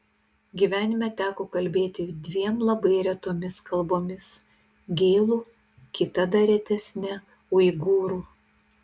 gyvenime teko kalbėti dviem labai retomis kalbomis gėlų kita dar retesne uigūrų